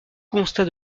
constat